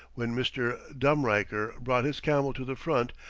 when mr. dumreicher brought his camel to the front,